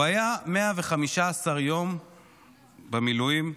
הוא היה 115 ימים במילואים,